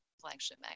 flagship